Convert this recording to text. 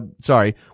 sorry